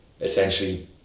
essentially